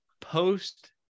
post